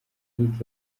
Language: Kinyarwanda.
luc